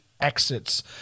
exits